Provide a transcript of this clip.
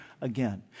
again